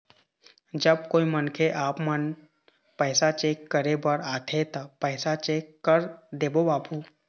जब कोई मनखे आपमन पैसा चेक करे बर आथे ता पैसा चेक कर देबो बाबू?